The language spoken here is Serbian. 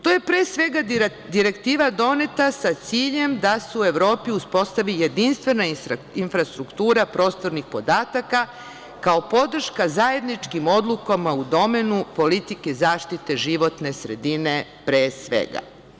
To je pre svega direktiva doneta sa ciljem da se u Evropi uspostavi jedinstvena infrastruktura prostornih podataka kao podrška zajedničkim odlukama u domenu politike zaštite životne sredine pre svega.